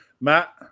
Matt